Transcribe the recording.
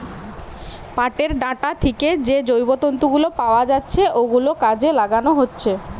পাটের ডাঁটা থিকে যে জৈব তন্তু গুলো পাওয়া যাচ্ছে ওগুলো কাজে লাগানো হচ্ছে